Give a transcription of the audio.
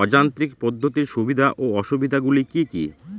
অযান্ত্রিক পদ্ধতির সুবিধা ও অসুবিধা গুলি কি কি?